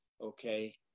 okay